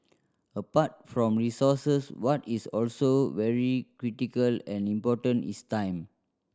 apart from resources what is also very critical and important is time